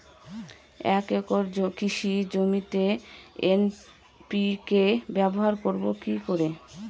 এক একর কৃষি জমিতে এন.পি.কে ব্যবহার করব কি করে?